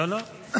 לא, לא.